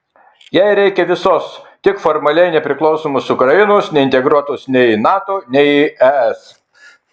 jai reikia visos tik formaliai nepriklausomos ukrainos neintegruotos nei į nato nei į es